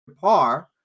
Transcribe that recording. par